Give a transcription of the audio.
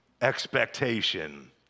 expectation